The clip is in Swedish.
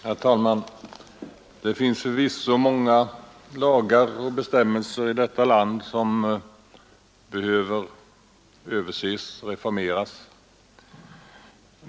Herr talman! Det finns förvisso många lagar och bestämmelser i detta land som behöver överses och reformeras.